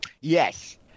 Yes